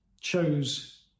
chose